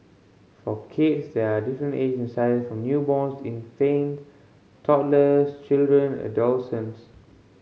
for kids there are different age and size from newborns infant toddlers children